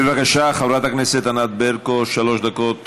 בבקשה, חברת הכנסת ברקו, שלוש דקות